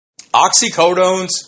Oxycodones